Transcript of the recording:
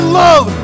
love